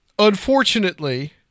Unfortunately